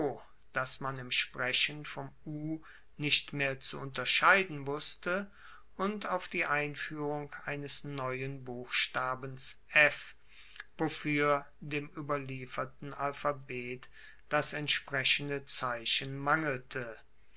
das man im sprechen vom u nicht mehr zu unterscheiden wusste und auf die einfuehrung eines neuen buchstabens f wofuer dem ueberlieferten alphabet das entsprechende zeichen mangelte